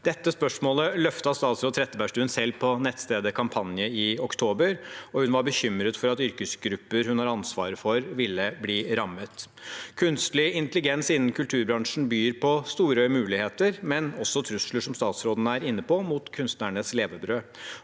Dette spørsmålet løftet statsråd Trettebergstuen selv på nettstedet Kampanje i oktober, og hun var bekymret for at yrkesgrupper hun har ansvar for, ville bli rammet. Kunstig intelligens innen kulturbransjen byr på store muligheter, men også trusler, som statsråden er inne på, mot kunstnernes levebrød.